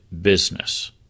business